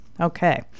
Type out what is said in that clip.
Okay